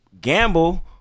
gamble